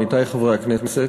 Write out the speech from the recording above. עמיתי חברי הכנסת,